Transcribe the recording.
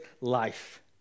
life